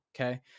Okay